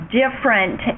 different